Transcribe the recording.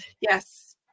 Yes